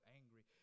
angry